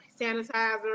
sanitizer